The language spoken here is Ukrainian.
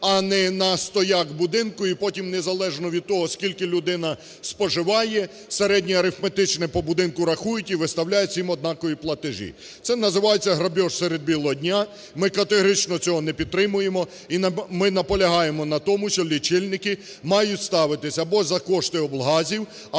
а не на стояк будинку, і потім, незалежно від того, скільки людина споживає, середнє арифметичне по будинку рахують і виставляють всім однакові платежі. Це називається "грабіж серед білого дня". Ми категорично цього не підтримуємо і ми наполягаємо на тому, що лічильники мають ставитися або за кошти облгазів, або за кошти державного